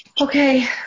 okay